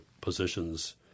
positions